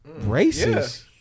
Racist